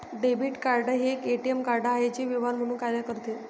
debit card हे एक ATM card आहे जे व्यवहार म्हणून कार्य करते